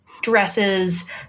dresses